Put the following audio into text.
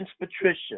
Patricia